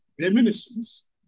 reminiscence